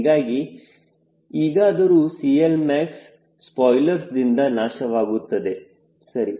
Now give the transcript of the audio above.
ಹೀಗಾಗಿ ಈಗಾದರೂ CLmax ಸ್ಪಾಯ್ಲರ್ಸ್ದಿಂದ ನಾಶವಾಗುತ್ತದೆ ಸರಿ